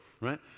right